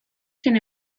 sin